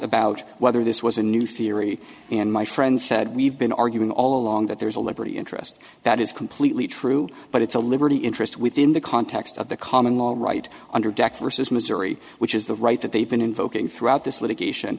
about whether this was a new theory and my friend said we've been arguing all along that there is a liberty interest that is completely true but it's a liberty interest within the context of the common law right under deck versus missouri which is the right that they've been invoking throughout this litigation